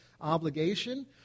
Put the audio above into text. obligation